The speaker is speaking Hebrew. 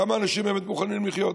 כמה אנשים באמת מוכנים לחיות?